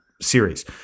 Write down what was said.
series